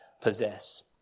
possess